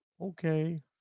Okay